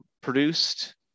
produced